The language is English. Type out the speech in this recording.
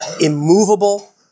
immovable